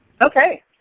Okay